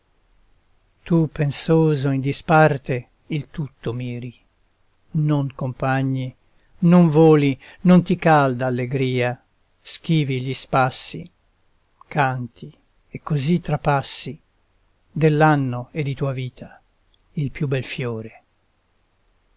tu pensoso in disparte il tutto miri non compagni non voli non ti cal d'allegria schivi gli spassi canti e così trapassi dell'anno e di tua vita il più bel fiore